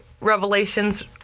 revelations